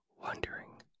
wondering